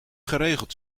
geregeld